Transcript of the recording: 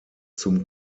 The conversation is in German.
zum